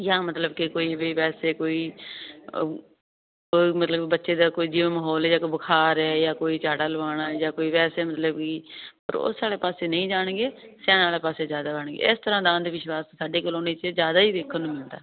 ਜਾਂ ਮਤਲਬ ਕਿ ਕੋਈ ਵੀ ਵੈਸੇ ਕੋਈ ਬ ਮਤਲਬ ਬੱਚੇ ਦਾ ਕੋਈ ਜਿਵੇਂ ਮਾਹੌਲ ਜਾਂ ਕੋਈ ਬੁਖਾਰ ਹੈ ਜਾਂ ਕੋਈ ਝਾੜਾ ਲਵਾਣਾ ਜਾਂ ਕੋਈ ਵੈਸੇ ਮਤਲਬ ਵੀ ਪਰ ਉਸ ਵਾਲੇ ਪਾਸੇ ਨਹੀਂ ਜਾਣਗੇ ਇਸ ਤਰ੍ਹਾਂ ਦਾ ਅੰਧ ਵਿਸ਼ਵਾਸ ਸਾਡੀ ਕਲੋਨੀ 'ਚ ਜ਼ਿਆਦਾ ਹੀ ਦੇਖਣ ਨੂੰ ਮਿਲਦਾ